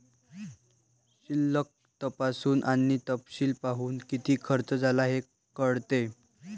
शिल्लक तपासून आणि तपशील पाहून, किती खर्च झाला हे कळते